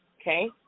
Okay